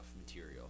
material